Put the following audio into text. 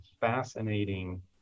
fascinating